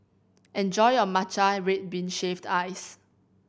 enjoy your matcha red bean shaved ice